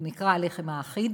הוא נקרא "הלחם האחיד",